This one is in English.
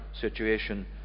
situation